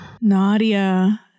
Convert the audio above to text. Nadia